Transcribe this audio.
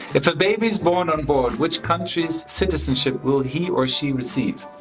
if a baby is born onboard, which country's citizenship will he or she receive?